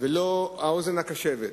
ולא האוזן הקשבת